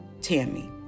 Tammy